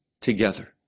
together